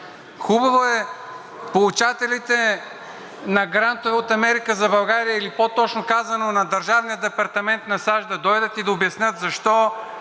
Хубаво е получателите на грантове от „Америка за България“ или, по-точно казано, на Държавния департамент на САЩ да дойдат и да обяснят защо